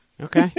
okay